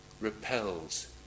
repels